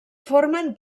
formen